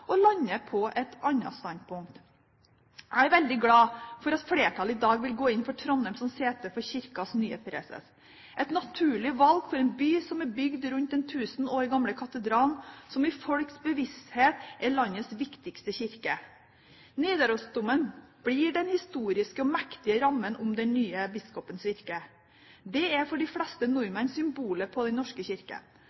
og lander på et annet standpunkt enn dem. Jeg er veldig glad for at flertallet i dag vil gå inn for Trondheim som sete for Kirkens nye preses – et naturlig valg for en by som er bygd rundt den tusen år gamle katedralen, som i folks bevissthet er landets viktigste kirke. Nidarosdomen blir den historiske og mektige rammen om den nye biskopens virke. Den er for de fleste